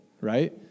right